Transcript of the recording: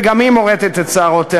וגם היא מורטת את שערותיה.